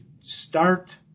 start